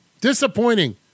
Disappointing